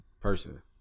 Person